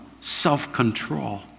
self-control